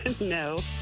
No